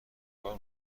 کار